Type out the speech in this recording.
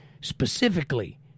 specifically